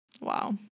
wow